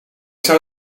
zou